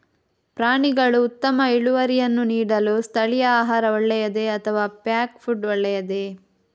ಪ್ರಾಣಿಗಳು ಉತ್ತಮ ಇಳುವರಿಯನ್ನು ನೀಡಲು ಸ್ಥಳೀಯ ಆಹಾರ ಒಳ್ಳೆಯದೇ ಅಥವಾ ಪ್ಯಾಕ್ ಫುಡ್ ಒಳ್ಳೆಯದೇ?